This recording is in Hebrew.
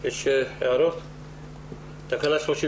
מי בעד אישור תקנה 33?